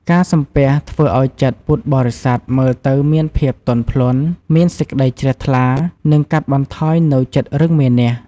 ការសំពះធ្វើឱ្យចិត្តពុទ្ធបរិស័ទមើលទៅមានភាពទន់ភ្លន់ មានសេចក្ដីជ្រះថ្លា និងកាត់បន្ថយនូវចិត្តរឹងមានះ។